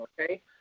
Okay